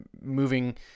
moving